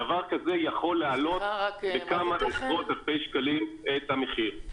דבר כזה יכול לעלות בכמה עשרות אלפי שקלים את המחיר.